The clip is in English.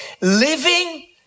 living